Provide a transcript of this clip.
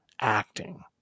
acting